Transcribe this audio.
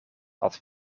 had